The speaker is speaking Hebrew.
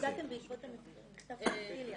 הודעתם בעקבות המכתב של סטיליאן.